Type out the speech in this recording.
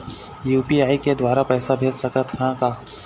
UPI के द्वारा पैसा भेज सकत ह का?